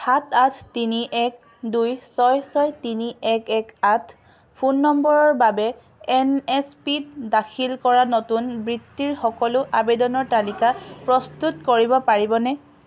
সাত আঠ তিনি এক দুই ছয় ছয় তিনি এক এক আঠ ফোন নম্বৰৰ বাবে এন এছ পিত দাখিল কৰা নতুন বৃত্তিৰ সকলো আবেদনৰ তালিকা প্ৰস্তুত কৰিব পাৰিবনে